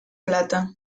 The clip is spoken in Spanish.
plata